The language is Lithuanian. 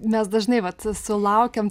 mes dažnai vat sulaukiam